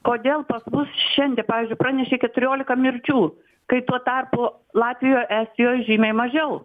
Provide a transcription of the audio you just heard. kodėl pas mus šiandien pavyzdžiui pranešė keturiolika mirčių kai tuo tarpu latvijoj estijoj žymiai mažiau